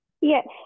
Yes